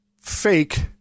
fake